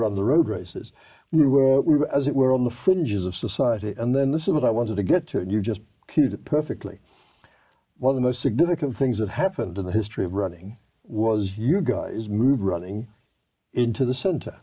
run the road races we were as it were on the fringes of society and then this is what i wanted to get to and you just did it perfectly well the most significant things that happened in the history of running was you guys move running into the center